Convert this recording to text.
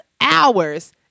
hours